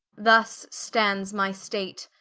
thus stands my state,